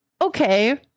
Okay